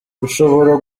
bushobora